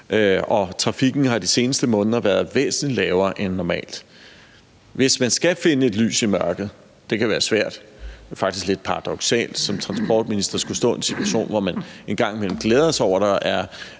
og trafikken har i de seneste måneder været væsentlig lavere end normalt. Hvis man skal finde et lys i mørket, hvilket kan være svært – det er faktisk lidt paradoksalt som transportminister at skulle stå i en situation, hvor man en gang imellem glæder sig over, at der er